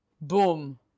boom